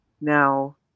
Now